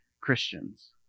Christians